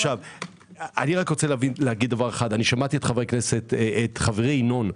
אני שמעתי את חברי ינון,